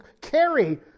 carry